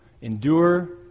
Endure